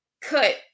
cut